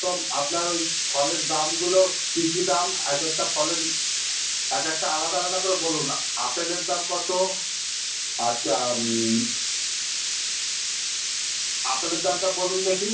কম আপনার ওই ফলের দামগুলো কী কী দাম এক একটা ফলের এক একটা আলাদা আলাদা করে বলুন আপেলের দাম কতো আচ্ছা আপেলের দামটা বলুন দেখি